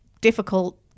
difficult